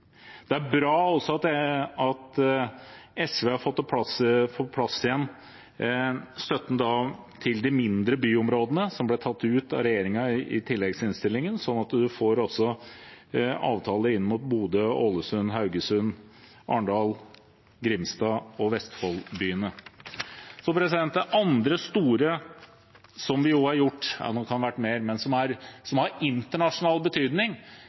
Det er også bra at SV har fått på plass igjen støtten til de mindre byområdene, som ble tatt ut av regjeringen i tilleggsinnstillingen, slik at man får avtaler inn mot Bodø, Ålesund, Haugesund, Arendal, Grimstad og Vestfold-byene. Det andre store vi har gjort – det kan ha vært mer enn det, men som har internasjonal betydning